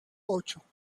ocho